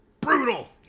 brutal